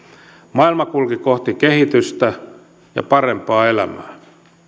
maailma kulki kohti kehitystä ja parempaa elämää